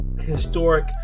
historic